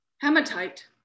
Hematite